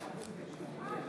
בעד,